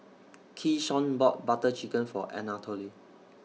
Keyshawn bought Butter Chicken For Anatole